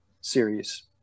series